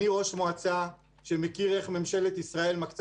אני ראש מועצה שמכיר איך ממשלת ישראל מקצה